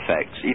effects